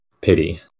Pity